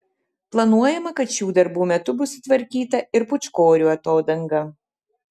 planuojama kad šių darbų metu bus sutvarkyta ir pūčkorių atodanga